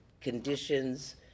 conditions